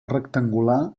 rectangular